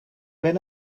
ben